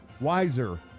wiser